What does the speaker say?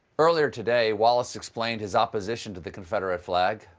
earlier today, wallace explained his opposition to the confederate flag.